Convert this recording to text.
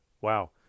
wow